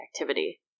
activity